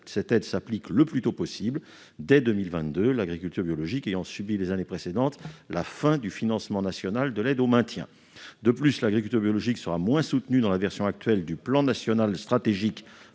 cette aide doit s'appliquer le plus tôt possible, dès 2022, l'agriculture biologique ayant subi, les années précédentes, la fin du financement national de l'aide au maintien. De plus, l'agriculture biologique sera moins soutenue, dans la version actuelle du plan national stratégique,